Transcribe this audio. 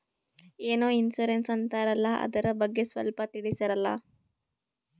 ಏನೋ ಇನ್ಸೂರೆನ್ಸ್ ಅಂತಾರಲ್ಲ, ಅದರ ಬಗ್ಗೆ ಸ್ವಲ್ಪ ತಿಳಿಸರಲಾ?